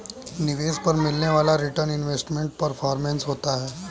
निवेश पर मिलने वाला रीटर्न इन्वेस्टमेंट परफॉरमेंस होता है